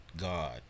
God